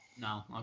No